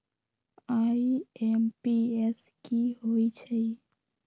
IMPS की होईछइ?